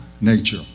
nature